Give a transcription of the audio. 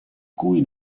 cui